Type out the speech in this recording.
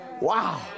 Wow